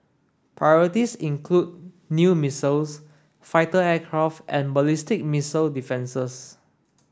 priorities include new missiles fighter aircraft and ballistic missile defences